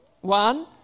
one